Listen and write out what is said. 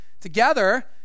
together